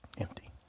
empty